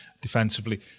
defensively